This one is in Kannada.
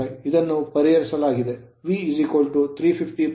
65 ವೋಲ್ಟ್ ಪಡೆಯಲು